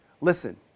Listen